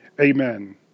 Amen